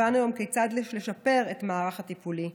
הבנו היום כיצד יש לשפר את המערך הטיפולי.